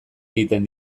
egiten